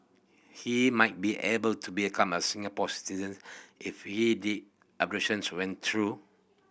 he might be able to become a Singapore citizen if he the went through